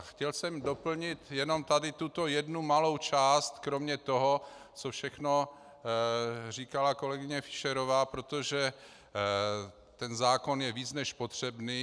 Chtěl jsem doplnit jenom tady tuto jednu malou část kromě toho, co všechno říkala kolegyně Fischerová, protože ten zákon je víc než potřebný.